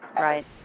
Right